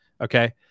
Okay